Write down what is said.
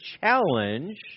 challenge